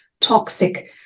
toxic